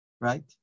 right